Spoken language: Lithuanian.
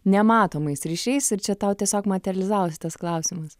nematomais ryšiais ir čia tau tiesiog materializavosi tas klausimas